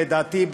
לדעתי,